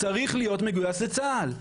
צריך להיות מגויס לצה"ל.